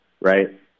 right